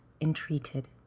entreated